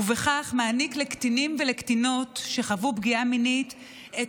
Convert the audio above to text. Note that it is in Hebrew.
ובכך מעניק לקטינים ולקטינות שחוו פגיעה מינית את